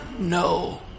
No